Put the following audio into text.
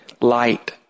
light